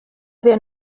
wir